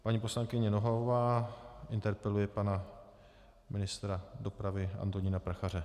Paní poslankyně Nohavová interpeluje ministra dopravy Antonína Prachaře.